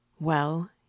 Well